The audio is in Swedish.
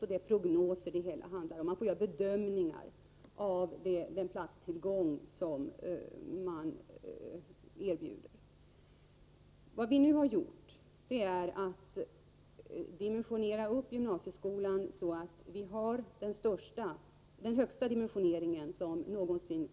Det är prognoser det hela handlar om; man får göra en bedömning av den platstillgång som erbjuds. Vad vi nu gjort är att dimensionera upp gymnasieskolan så, att vi nu har den största dimensioneringen någonsin.